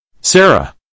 Sarah